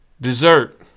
Dessert